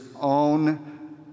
own